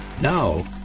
Now